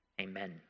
Amen